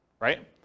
right